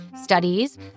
studies